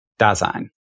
Dasein